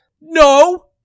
No